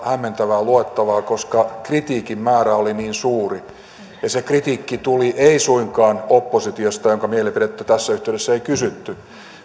hämmentävää luettavaa koska kritiikin määrä oli niin suuri ja se kritiikki tuli ei suinkaan oppositiosta jonka mielipidettä tässä yhteydessä ei kysytty